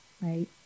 right